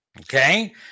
Okay